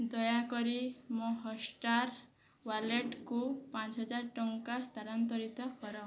ଦୟାକରି ମୋ ହଟଷ୍ଟାର ୱାଲେଟକୁ ପାଞ୍ଚ ହଜାର ଟଙ୍କା ସ୍ଥାନାନ୍ତରିତ କର